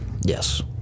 Yes